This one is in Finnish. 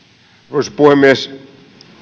arvoisa puhemies